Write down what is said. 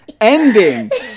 ending